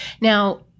Now